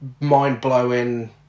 mind-blowing